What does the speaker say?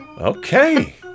Okay